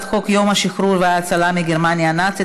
חוק יום השחרור וההצלה מגרמניה הנאצית,